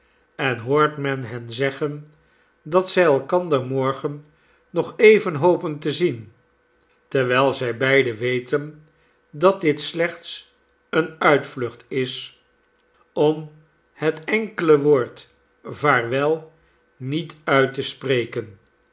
en hoort men hen zeggen dat zij elkander morgen nog even hopen te zien terwijl zij beiden weten dat dit slechts eene uitvlucht is om het enkele woord vaarwel niet uit te spreken